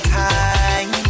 time